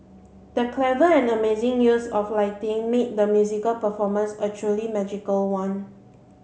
the clever and amazing use of lighting made the musical performance a truly magical one